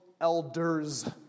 elders